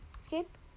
Escape